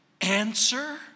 answer